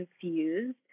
confused